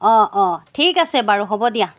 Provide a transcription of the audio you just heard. অঁ অঁ ঠিক আছে বাৰু হ'ব দিয়া